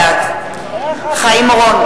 בעד חיים אורון,